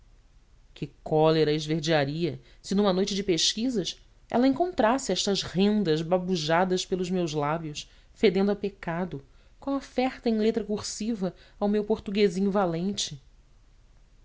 que cólera a esverdearia se numa noite de pesquisas ela encontrasse estas rendas babujadas pelos meus lábios fedendo a pecado com a oferta em letra cursiva ao meu portuguesinho valente